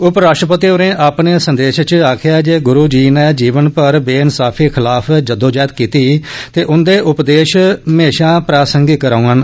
उपराश्ट्रपति होरें अपने संदेश च आक्खेआ ऐ जे गुरू जी नै जीवन भर बे इंसाफी खिलाफ जद्दोजहद कीती ते उंदे उपदेश म्हेशां प्रासंगिक रौंगन